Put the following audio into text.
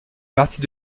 partie